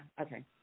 okay